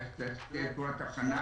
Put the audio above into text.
צריך פעולת הכנה